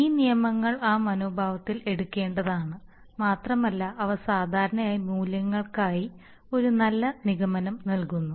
ഈ നിയമങ്ങൾ ആ മനോഭാവത്തിൽ എടുക്കേണ്ടതാണ് മാത്രമല്ല അവ സാധാരണയായി മൂല്യങ്ങൾക്കായി ഒരു നല്ല നിഗമനം നൽകുന്നു